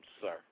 sir